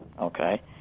okay